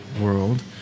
world